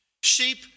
Sheep